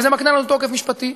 וזה מקנה לנו תוקף משפטי.